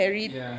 ya